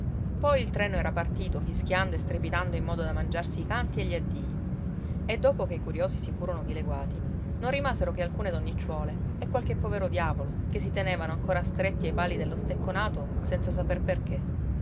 poi il treno era partito fischiando e strepitando in modo da mangiarsi i canti e gli addii e dopo che i curiosi si furono dileguati non rimasero che alcune donnicciuole e qualche povero diavolo che si tenevano ancora stretti ai pali dello stecconato senza saper perché